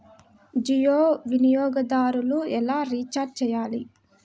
జియో వినియోగదారులు ఎలా రీఛార్జ్ చేయాలి?